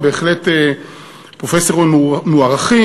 הם בהחלט פרופסורים מוערכים,